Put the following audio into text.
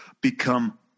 become